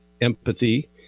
empathy